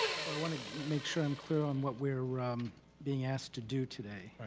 so i wanna make sure i'm clear on what we're being asked to do today.